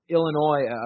Illinois